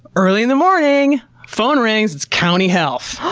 early in the morning, phone rings. it's county health.